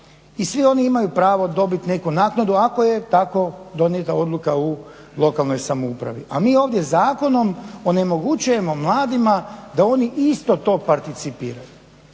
i svi oni imaju pravo dobiti neku naknadu ako je tako donijeta odluka u lokalnoj samoupravi, a mi ovdje zakonom onemogućujemo mladima da oni isto to participiraju.